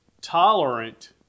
tolerant